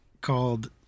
called